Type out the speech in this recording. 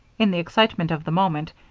in the excitement of the moment,